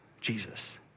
Jesus